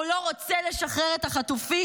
נמשיך לטפלונים.